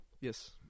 Yes